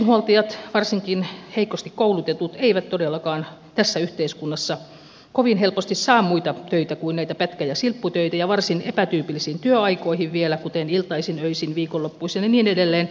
yksinhuoltajat varsinkin heikosti koulutetut eivät todellakaan tässä yhteiskunnassa kovin helposti saa muita töitä kuin näitä pätkä ja silpputöitä ja varsin epätyypillisiin työaikoihin vielä kuten iltaisin öisin viikonloppuisin ja niin edelleen